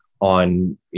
on